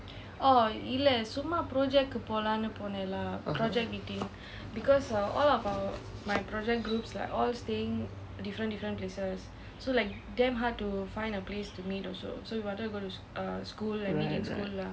right right